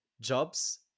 jobs